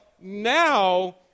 now